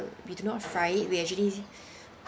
we do not fry it we actually